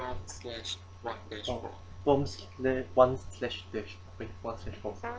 one one slash dash wait one slash four